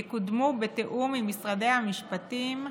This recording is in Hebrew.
יקודמו בתיאום עם משרדי המשפטים,